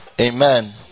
Amen